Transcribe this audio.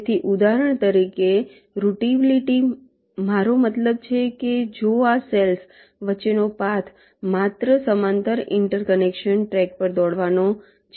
તેથી ઉદાહરણ તરીકે રૂટીબિલિટી મારો મતલબ છે કે જો આ સેલ્સ વચ્ચેનો પાથ માત્ર સમાંતર ઇન્ટરકનેક્શન ટ્રેક પર દોડવાનો છે